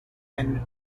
and